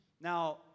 Now